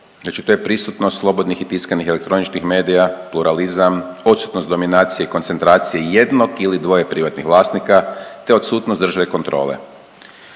Znači to je prisutnost slobodnih i tiskanih elektroničnih medija, pluralizam, odsutnost dominacije i koncentracije jednog ili dvoje privatnih vlasnika te odsutnost države i kontrole,